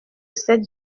cette